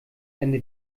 ende